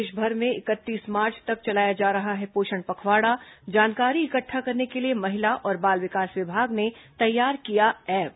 प्रदेशमर में इकतीस मार्च तक चलाया जा रहा है पोषण पखवाड़ा जानकारी इकट्ठा करने के लिए महिला और बाल विकास विभाग ने तैयार किया ऐप